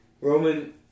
Roman